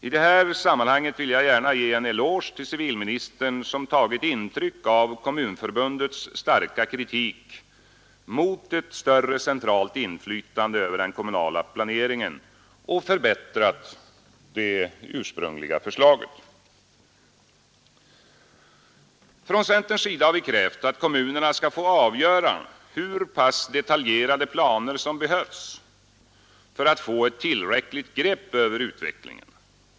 I det sammanhanget vill jag gärna ge en eloge till civilministern, som tagit intryck av Kommunförbundets starka kritik mot ett större centralt inflytande över den kommunala planeringen och förbättrat det ursprungliga förslaget. Från centerns sida har vi krävt att kommunerna skall få avgöra hur pass detaljerade planer som behövs för att få ett tillräckligt grepp över utvecklingen.